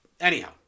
Anyhow